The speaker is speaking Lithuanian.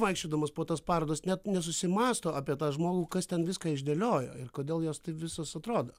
vaikščiodamas po tas parodos net nesusimąsto apie tą žmogų kas ten viską išdėliojo ir kodėl jos visos atrodo